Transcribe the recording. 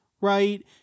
right